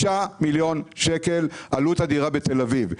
6 מיליון שקל זה עלות הדירה בתל-אביב.